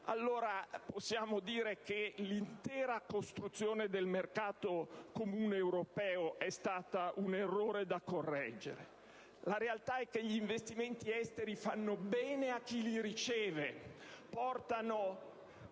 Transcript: allora possiamo dire che l'intera costruzione del Mercato comune europeo è stata un errore e che è meglio metterci una pietra sopra. La realtà è che gli investimenti esteri fanno bene a chi li riceve, portano